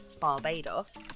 Barbados